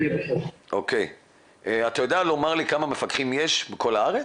אתה יודע לומר לי כמה מפקחים יש בכל הארץ?